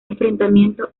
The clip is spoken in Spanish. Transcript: enfrentamiento